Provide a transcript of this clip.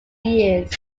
years